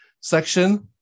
section